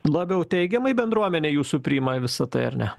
labiau teigiamai bendruomenė jūsų priima visa tai ar ne